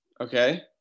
Okay